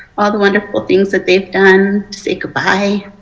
all the wonderful things that they have done. say goodbye.